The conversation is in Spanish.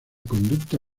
conducta